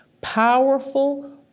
powerful